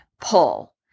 pull